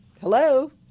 Hello